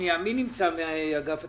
מי נמצא כאן מאגף התקציבים?